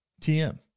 TM